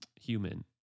human